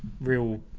real